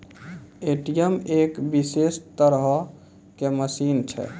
ATM एक विशेष तरहो के मशीन छै